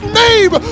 name